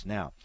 Now